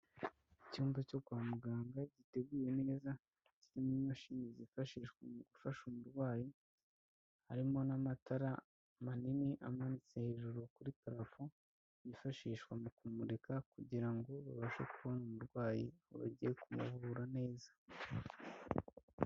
Icyumba cyo kwa muganga giteguye neza, izi n'imashini zifashishwa mu gufasha umurwayi harimo n'amatara manini amanitse hejuru kuri parafo, yifashishwa mu kumurika kugira ngo babashe kubona umurwayi bagiye kumuvura neza.